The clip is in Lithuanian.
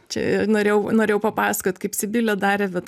čia norėjau norėjau papasakot kaip sibilė darė bet